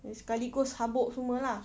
eh sekali terus habuk semua lah